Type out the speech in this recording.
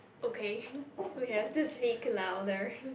okay we have to speak louder